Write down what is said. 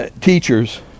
teachers